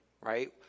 right